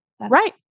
Right